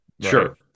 Sure